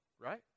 right